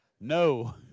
No